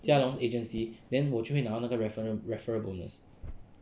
jia long's agency then 我就会拿到那个 reference referral bonus